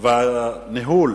והניהול